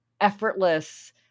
effortless